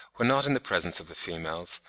when not in the presence of the females,